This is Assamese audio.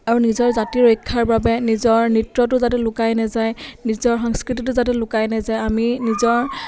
আৰু নিজৰ জাতিৰ ৰক্ষাৰ বাবে নিজৰ নৃত্যটো যাতে লুকাই নাযায় নিজৰ সংস্কৃতিটো যাতে লুকাই নাযায় আমি নিজৰ